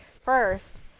first